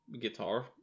guitar